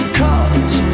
cause